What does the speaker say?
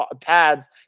pads